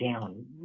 down